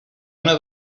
una